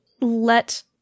let